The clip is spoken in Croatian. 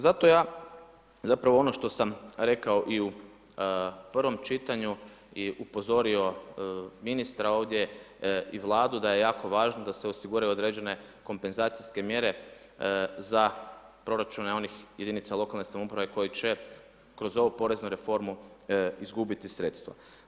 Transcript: Zato ja, zapravo ono što sam rekao i u prvom čitanju i upozorio ministra ovdje i Vladu da je jako važno da se osiguraju određene kompenzacijske mjere za proračune onih jedinica lokalne samouprave koje će kroz ovu poreznu reformu izgubiti sredstva.